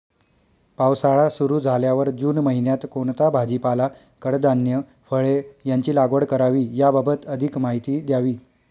पावसाळा सुरु झाल्यावर जून महिन्यात कोणता भाजीपाला, कडधान्य, फळे यांची लागवड करावी याबाबत अधिक माहिती द्यावी?